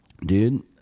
dude